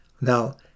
Now